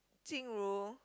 Jing-Ru